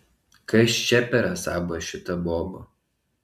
kas čia per asaba šita boba